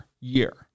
year